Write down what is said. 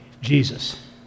Jesus